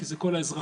כי זה כל האזרחים,